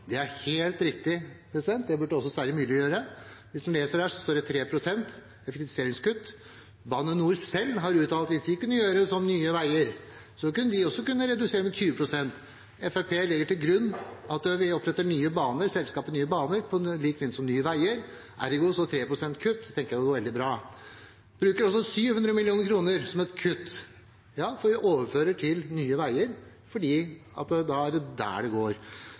Det er helt riktig, og det burde også Sverre Myrli gjøre. Hvis han leser der, står det 3 pst. effektiviseringskutt. Bane NOR selv har uttalt at hvis de kunne gjøre som Nye Veier, kunne de også redusere med 20 pst. Fremskrittspartiet legger til grunn at vi oppretter selskapet Nye Baner, på lik linje som Nye Veier, og ergo tenker jeg at 3 pst. kutt går veldig bra. Vi bruker også 700 mill. kr som et kutt. Ja, for vi overfører til Nye Veier, for da er det der det går.